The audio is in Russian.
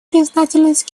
признательность